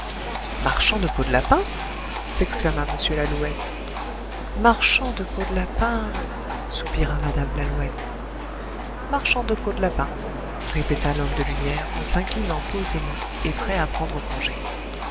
marchand de peaux de lapin s'exclama m lalouette marchand de peaux de lapin soupira mme lalouette marchand de peaux de lapin répéta l'homme de lumière en s'inclinant posément et prêt à prendre congé